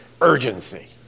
urgency